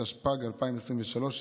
התשפ"ג 2023,